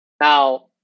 now